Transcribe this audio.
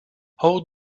how